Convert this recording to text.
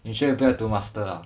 你 sure 你不要读 master ah